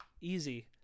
Easy